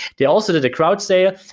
they also did a crowd sale,